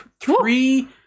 three